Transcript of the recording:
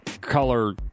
color